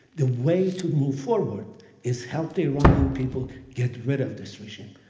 the way to move forward is help the iranian people get rid of this regime.